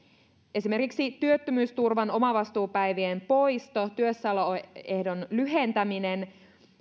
esimerkiksi työttömyysturvan omavastuupäivien poisto työssäoloehdon lyhentäminen ja